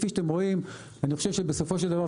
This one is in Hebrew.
כפי שאתם רואים אני חושב שבסופו של דבר,